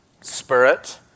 spirit